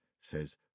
says